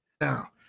now